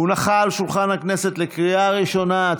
הונחה על שולחן הכנסת, בקריאה ראשונה.